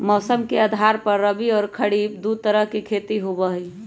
मौसम के आधार पर रबी और खरीफ दु तरह के खेती होबा हई